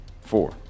four